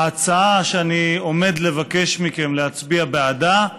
ההצעה שאני עומד לבקש מכם להצביע בעדה,